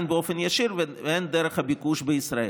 הן באופן ישיר והן דרך הביקוש בישראל.